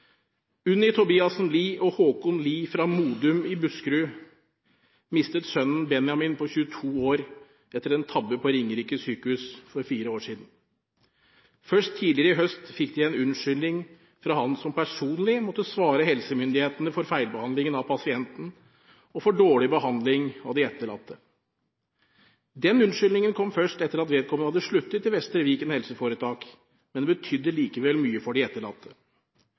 Unni Tobiassen Lie og Håkon Lie fra Modum i Buskerud mistet sønnen Benjamin på 22 år etter en tabbe på Ringerike sykehus for fire år siden. Først tidligere i høst fikk de en unnskyldning fra han som personlig måtte svare helsemyndighetene for feilbehandlingen av pasienten og for dårlig behandling av de etterlatte. Den unnskyldningen kom først etter at vedkommende hadde sluttet i Vestre Viken helseforetak, men betydde likevel mye for de etterlatte.